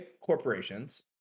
corporations